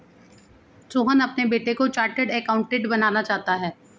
सोहन अपने बेटे को चार्टेट अकाउंटेंट बनाना चाहता है